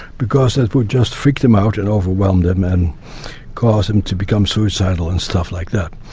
because that would just freak them out and overwhelm them and cause them to become suicidal and stuff like that.